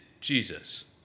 Jesus